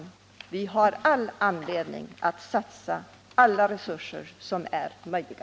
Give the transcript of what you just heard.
Vi har all anledning att satsa alla resurser som är möjliga.